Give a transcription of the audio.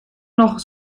noch